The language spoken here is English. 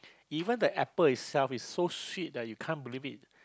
even the apple itself is so sweet uh you can't believe it